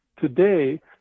today